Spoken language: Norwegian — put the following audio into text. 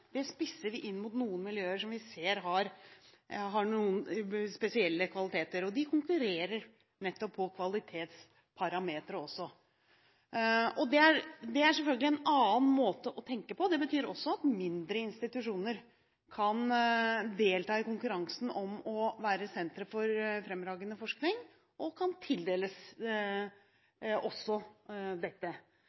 De spisser vi inn mot noen miljøer som vi ser har spesielle kvaliteter, og de konkurrerer også på kvalitetsparametere. Det er selvfølgelig en annen måte å tenke på. Det betyr også at mindre institusjoner kan delta i konkurransen om å være sentre for fremragende forskning, og kan tildeles dette.